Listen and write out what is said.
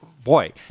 Boy